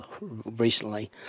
recently